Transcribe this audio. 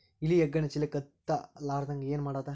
ಇಲಿ ಹೆಗ್ಗಣ ಚೀಲಕ್ಕ ಹತ್ತ ಲಾರದಂಗ ಏನ ಮಾಡದ?